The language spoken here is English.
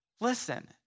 listen